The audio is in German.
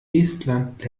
estland